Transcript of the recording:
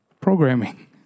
programming